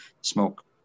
smoke